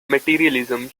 materialism